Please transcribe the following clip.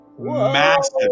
Massive